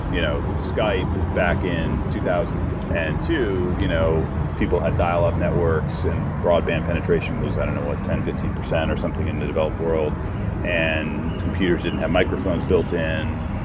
you know skype back in two thousand and two, you know people had dial-up networks and broadband penetration was i don't know. what? ten percent, fifteen percent or something in the developed world and computers didn't have microphones built in.